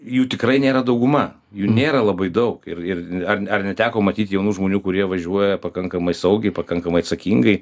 jų tikrai nėra dauguma jų nėra labai daug ir ir ar n ar neteko matyt jaunų žmonių kurie važiuoja pakankamai saugiai pakankamai atsakingai